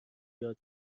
یاد